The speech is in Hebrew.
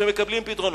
שהם מקבלים פתרונות,